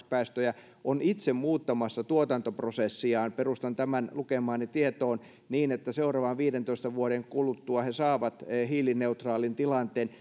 päästöjä on itse muuttamassa tuotantoprosessiaan perustan tämän lukemaani tietoon niin että seuraavan viidentoista vuoden kuluttua he saavat hiilineutraalin tilanteen